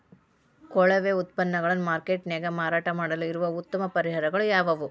ಕೊಳೆವ ಉತ್ಪನ್ನಗಳನ್ನ ಮಾರ್ಕೇಟ್ ನ್ಯಾಗ ಮಾರಾಟ ಮಾಡಲು ಇರುವ ಉತ್ತಮ ಪರಿಹಾರಗಳು ಯಾವವು?